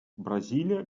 бразилия